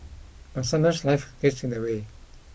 but sometimes life gets in the way